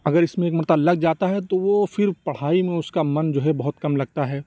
اگر اِس میں ایک مرتبہ لگ جاتا ہے تو وہ پھر پڑھائی میں اُس كا من جو ہے بہت کم لگتا ہے